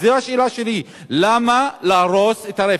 וזו השאלה שלי: למה להרוס את הרפת?